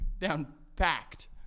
Down-packed